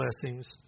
blessings